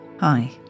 Hi